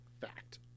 fact